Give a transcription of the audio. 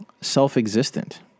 self-existent